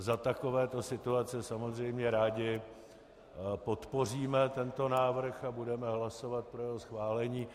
Za takovéto situace samozřejmě rádi podpoříme tento návrh a budeme hlasovat pro jeho schválení.